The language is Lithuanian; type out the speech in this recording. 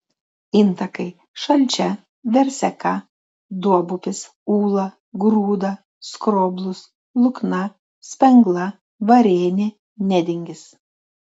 intakai šalčia verseka duobupis ūla grūda skroblus lukna spengla varėnė nedingis